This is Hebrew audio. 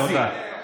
תודה.